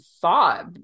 thought